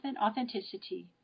authenticity